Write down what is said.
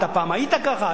אתה פעם היית ככה,